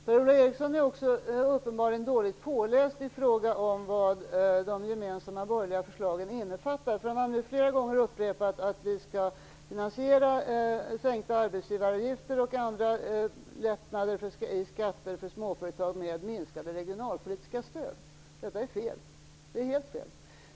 Per-Ola Eriksson är uppenbarligen dåligt påläst i fråga om vad de gemensamma borgerliga förslagen innefattar, för han har nu flera gånger upprepat att vi skall finansiera sänkta arbetsgivaravgifter och skatter för småföretagen med minskade regionalpolitiska stöd. Detta är helt fel.